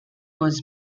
was